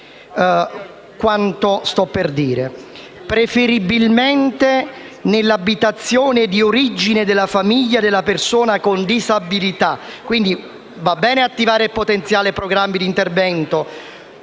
quanto segue: «Preferibilmente nell'abitazione di origine della famiglia della persona con disabilità». Va bene, quindi, attivare e potenziare programmi di intervento